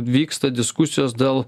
vyksta diskusijos dėl